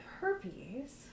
herpes